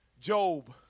Job